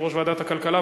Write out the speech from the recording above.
יושב-ראש ועדת הכלכלה.